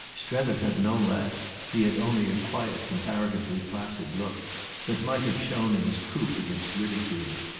strether had no laugh he had only a quiet comparatively placid look that might have shown him as proof against ridicule.